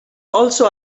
also